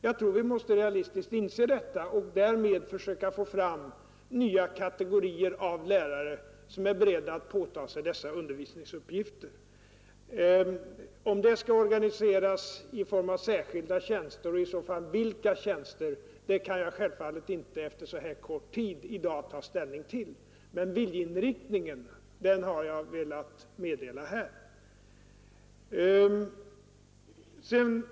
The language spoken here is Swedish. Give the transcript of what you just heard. Jag tror vi måste realistiskt inse detta och därmed försöka få fram nya kategorier av lärare som är beredda att åta sig dessa undervisningsuppgifter. Om det skall organiseras i form av särskilda tjänster och vilka tjänster det i så fall kan bli fråga om kan jag efter så här kort tid självfallet inte ta ställning till i dag, men viljeinriktningen har jag velat meddela här.